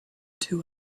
two